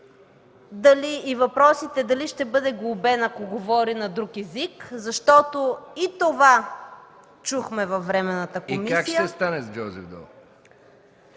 и въпросите дали ще бъде глобен, ако говори на друг език, защото и това чухме във Временната комисия, официалният език е